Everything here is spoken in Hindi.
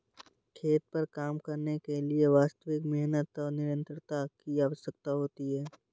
खेत पर काम करने के लिए वास्तविक मेहनत और निरंतरता की आवश्यकता होती है